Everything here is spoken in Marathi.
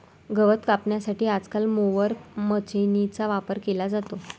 गवत कापण्यासाठी आजकाल मोवर माचीनीचा वापर केला जातो